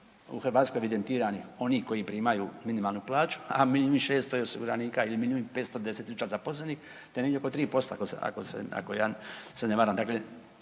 u Hrvatskoj evidentiranih, onih koji primaju minimalnu plaću a milijun i 600 je osiguranika ili milijun i 510 000 zaposlenih, to je negdje oko 3%, ako ja se ne varam,